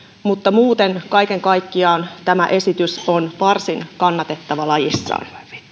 mutta muuten kaiken kaikkiaan tämä esitys on varsin kannatettava lajissaan